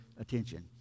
attention